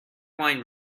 wine